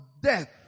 death